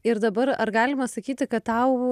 ir dabar ar galima sakyti kad tau